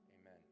Amen